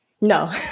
No